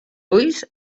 ulls